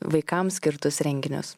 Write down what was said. vaikams skirtus renginius